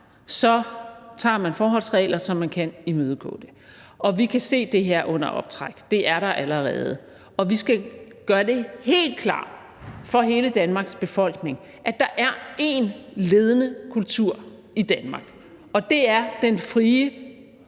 så tager man forholdsregler, så man kan imødegå det. Og vi kan se, at det her er under optræk – det er der allerede. Vi skal gøre det helt klart for hele Danmarks befolkning, at der er en ledende kultur i Danmark, og det er den frie